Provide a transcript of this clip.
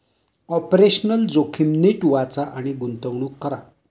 operational जोखीम नीट वाचा आणि गुंतवणूक करा